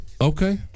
Okay